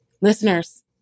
Listeners